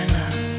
love